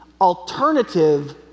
alternative